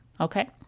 Okay